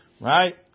right